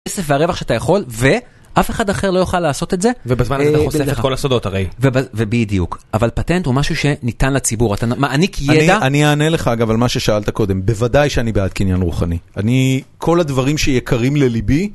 הכסף והרווח שאתה יכול, ואף אחד אחר לא יוכל לעשות את זה. ובזמן הזה אתה חושף את כל הסודות הרי. ובדיוק, אבל פטנט הוא משהו שניתן לציבור, אתה מעניק ידע. אני אענה לך אגב על מה ששאלת קודם, בוודאי שאני בעד קניין רוחני, אני כל הדברים שיקרים לליבי.